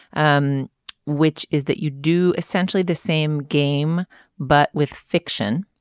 um which is that you do essentially the same game but with fiction.